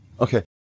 Okay